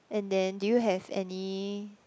and then did you have any